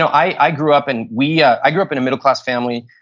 i grew up and we, yeah i grew up in a middle class family,